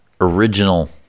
original